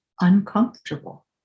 uncomfortable